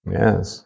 yes